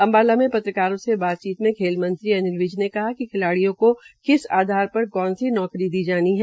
अम्बाला में पत्रकारों से बातचीत में खेलमंत्री अनिल विज ने कहा कि खिलाडियों को किस आधार पर कौन सी नौकरी दी जानी है